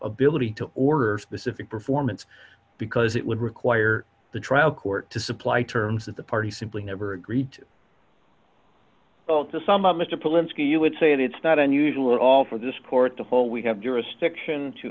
ability to order specific performance because it would require the trial court to supply terms that the party simply never agreed to some of mr polanski would say and it's not unusual at all for this court the whole we have jurisdiction to